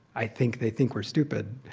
i think they think we're stupid.